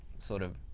sort of